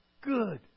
Good